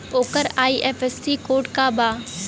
ओकर IFSC code का बा?